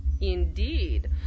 Indeed